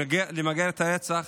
למגר את הרצח.